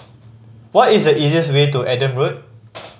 what is the easiest way to Adam Road